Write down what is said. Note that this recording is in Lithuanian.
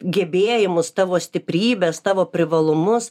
gebėjimus tavo stiprybes tavo privalumus